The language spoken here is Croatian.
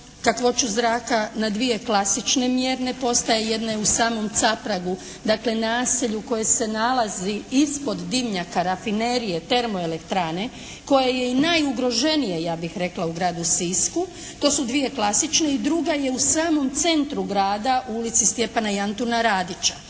kakvoću zraka na dvije klasične mjerne postaje. Jedna je u samom Capragu dakle naselju koje se nalazi ispod dimnjaka rafinerije, termoelektrane koja je i najugroženija ja bih rekla u gradu Sisku. To su dvije klasične. I druga je u samom centru grada u Ulici Stjepana i Antuna Radića.